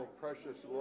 precious